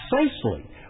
precisely